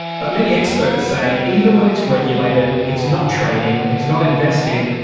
but many experts say even when it's regulated, it's not trading, it's not investing,